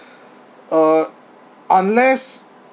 uh unless